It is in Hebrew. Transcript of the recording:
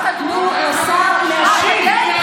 תנו לשר להשיב.